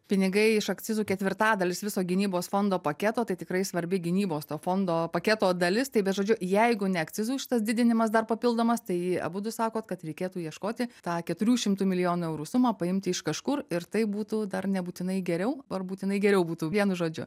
pinigai iš akcizų ketvirtadalis viso gynybos fondo paketo tai tikrai svarbi gynybos to fondo paketo dalis tai bet žodžiu jeigu ne akcizų šitas didinimas dar papildomas tai abudu sakot kad reikėtų ieškoti tą keturių šimtų milijonų eurų sumą paimti iš kažkur ir taip būtų dar nebūtinai geriau ar būtinai geriau būtų vienu žodžiu